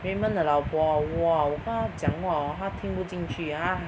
Raymond 的老婆 orh !wah! 我跟她讲话 hor 她听不进去她